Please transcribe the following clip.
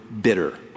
bitter